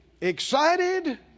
Excited